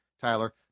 Tyler